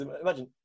Imagine